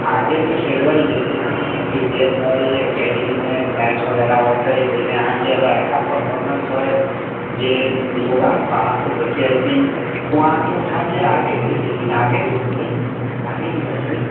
आगे भी खेलबै जे छै की क्रिकेट हय एकेडमी मे मैच वगैरह होतै ओहिमे अहाँके अगर अच्छा परफोर्मेंस होयत जे लोग बाहर से देखे एथिन ओ अहाँके उठाके आगे भी ले जेथिन आगे भी होतै आगे भी होतै